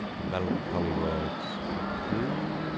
the melancholy words soo